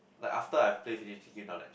like after I play finish checking then I'm like